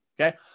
okay